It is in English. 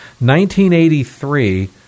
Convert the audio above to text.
1983